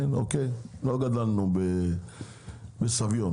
לא גדלתי בסביון,